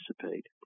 participate